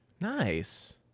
Nice